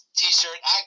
t-shirt